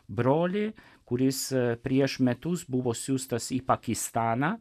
brolį kuris prieš metus buvo siųstas į pakistaną